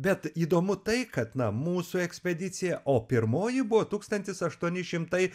bet įdomu tai kad na mūsų ekspedicija o pirmoji buvo tūkstantis aštuoni šimtai